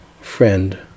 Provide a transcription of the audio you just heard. friend